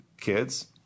kids